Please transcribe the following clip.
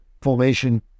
formation